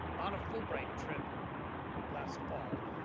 on a fulbright trip last fall,